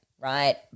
Right